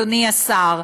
אדוני השר.